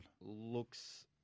Looks